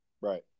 Right